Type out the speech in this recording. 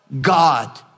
God